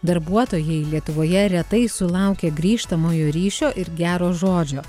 darbuotojai lietuvoje retai sulaukia grįžtamojo ryšio ir gero žodžio